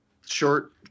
Short